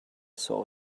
saw